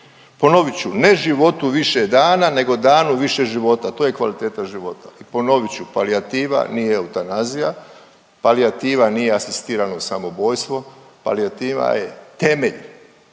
Ponovit ću „Ne životu više dana nego danu više života“, to je kvaliteta života. Ponovit ću, palijativa nije eutanazija, palijativa nije asistirano samoubojstvo, palijativa je temelj,